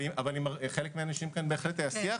חלק מהאנשים כאן בהחלט היה שיח.